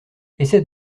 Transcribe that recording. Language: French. essaie